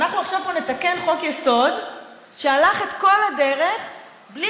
אנחנו עכשיו פה נתקן חוק-יסוד שהלך את כל הדרך בלי